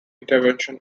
intervention